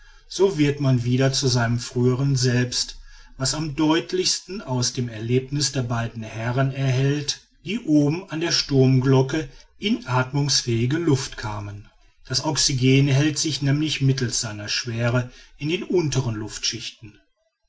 so wird man wieder zu seinem früheren selbst was am deutlichsten aus dem erlebniß der beiden herren erhellt die oben an der sturmglocke in athmungsfähige luft kamen das oxygen hält sich nämlich mittels seiner schwere in den unteren luftschichten